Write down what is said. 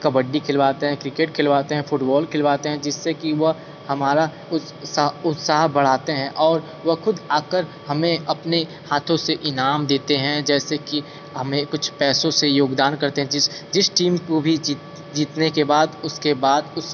कबड्डी खिलवाते हैं क्रिकेट खिलवाते हैं फुटबॉल खिलवाते हैं जिससे कि वह हमारा कुछ उत्साह बढ़ाते हैं और वो खुद आकर हमें अपने हाथों से इनाम देते हैं जैसे कि हमें कुछ पैसों से योगदान करते हैं जिस जिस टीम को भी जीतने के बाद उसके बाद उस